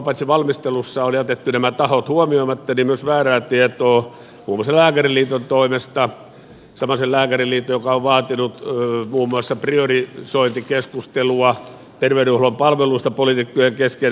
paitsi että valmistelussa on jätetty nämä tahot huomioimatta myös on ollut väärää tietoa muun muassa lääkäriliiton toimesta samaisen lääkäriliiton joka on vaatinut muun muassa priorisointikeskustelua terveydenhuollon palveluista politiikkojen kesken